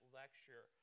lecture